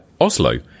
Oslo